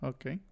Okay